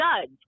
judge